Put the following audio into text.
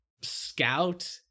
Scout